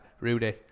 Rudy